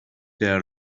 their